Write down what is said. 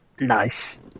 Nice